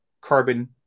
carbon